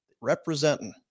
Representing